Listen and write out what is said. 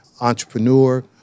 entrepreneur